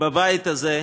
בבית הזה,